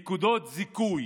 נקודות זיכוי,